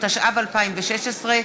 התשע"ו 2016,